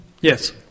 Yes